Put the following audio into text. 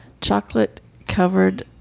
chocolate-covered